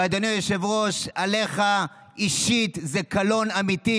ואדוני היושב-ראש, עליך אישית זה קלון אמיתי.